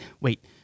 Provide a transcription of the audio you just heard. Wait